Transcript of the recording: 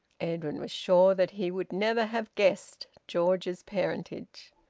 edwin was sure that he would never have guessed george's parentage.